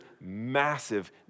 massive